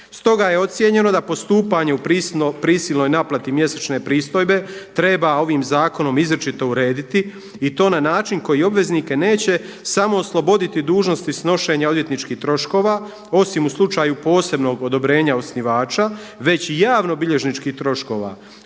Stoga je ocijenjeno da postupanje u prisilnoj naplati mjesečne pristojbe treba ovim zakonom izričito urediti i to na način koji obveznike neće samo osloboditi dužnosti snošenja odvjetničkih troškova osim u slučaju posebnog odobrenja osnivača, već i javno bilježničkih troškova